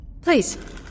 Please